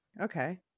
okay